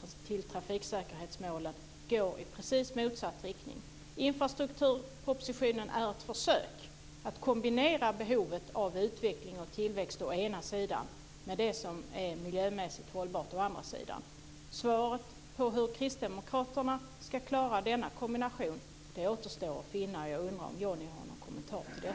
och till trafiksäkerhetsmålen går i rakt motsatt riktning. Infrastrukturpropositionen är ett försök att kombinera å ena sidan behovet av utveckling och tillväxt med å andra sidan det som är miljömässigt hållbart. Svaret på hur kristdemokraterna ska klara denna kombination har ännu inte getts. Jag undrar om Johnny Gylling har någon kommentar till detta.